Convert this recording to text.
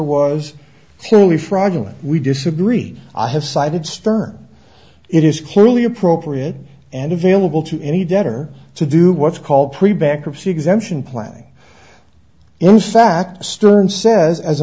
purely fraudulent we disagree i have cited stern it is clearly appropriate and available to any debtor to do what's called pre bankruptcy exemption planning in fact stern says as a